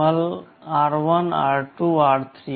MUL r1 r2 r3